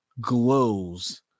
glows